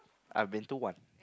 I've been to one